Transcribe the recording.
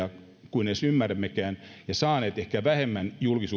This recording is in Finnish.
kuin edes ymmärrämmekään ja saaneet ehkä vähemmän julkisuudessa huomiota ainakin